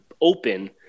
open